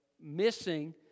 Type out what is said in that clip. missing